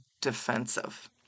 defensive